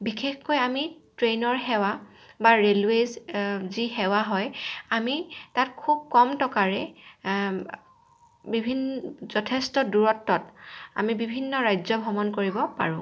বিশেষকৈ আমি ট্ৰেইনৰ সেৱা বা ৰেইলৱেজ যি সেৱা হয় আমি তাত খুব কম টকাৰে বিভিন যথেষ্ট দূৰত্বত আমি বিভিন্ন ৰাজ্য ভ্ৰমণ কৰিব পাৰোঁ